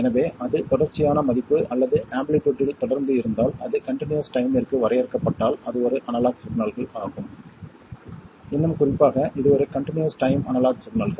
எனவே அது தொடர்ச்சியான மதிப்பு அல்லது ஆம்ப்ளிடியூட்டில் தொடர்ந்து இருந்தால் அது கன்டினியஸ் டைம்ற்கு வரையறுக்கப்பட்டால் அது ஒரு அனலாக் சிக்னல்கள் ஆகும் இன்னும் குறிப்பாக இது ஒரு கன்டினியஸ் டைம் அனலாக் சிக்னல்கள்